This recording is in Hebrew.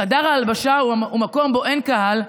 חדר ההלבשה הוא המקום שבו אין קהל,